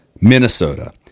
Minnesota